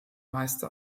meiste